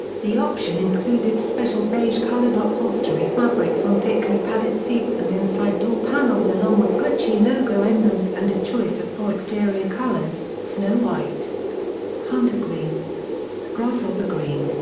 the option included special beige-colored upholstery fabrics on thickly padded seats and inside door panels along with gucci logo emblems and a choice of four exterior colors snow white hunter green grasshopper green,